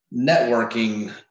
Networking